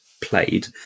played